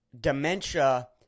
dementia